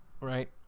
Right